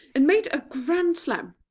and made a grand slam!